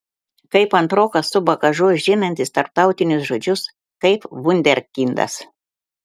kaip antrokas su bagažu žinantis tarptautinius žodžius kaip vunderkindas